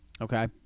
okay